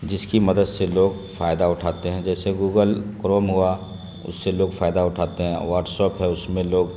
جس کی مدد سے لوگ فائدہ اٹھاتے ہیں جیسے گوگل کروم ہوا اس سے لوگ فائدہ اٹھاتے ہیں واٹسپ ہے اس میں لوگ